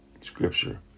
Scripture